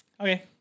Okay